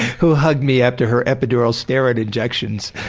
who hugged me after her epidural steroid injections.